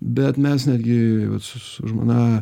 bet mes netgi su su žmona